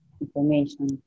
information